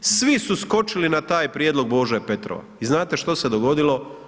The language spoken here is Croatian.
Svi su skočili na taj prijedlog Bože Petrova i znate što se dogodilo?